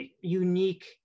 unique